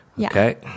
Okay